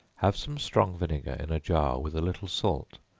have some strong vinegar in a jar with a little salt,